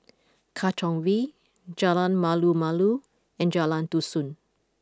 Katong V Jalan Malu Malu and Jalan Dusun